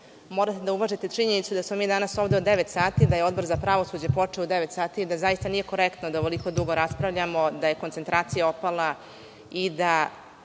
morate da uvažite činjenicu da smo mi danas ovde od devet sati, da je Odbor za pravosuđe počeo u devet sati i da zaista nije korektno da ovoliko dugo raspravljamo. Da je koncentracija opala i da